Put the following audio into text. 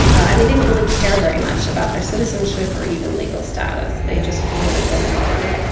and they didn't really care very much about their citizenship or even legal status. they just wanted them gone.